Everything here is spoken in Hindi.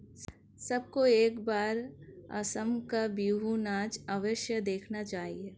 सबको एक बार असम का बिहू नाच अवश्य देखना चाहिए